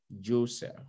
Joseph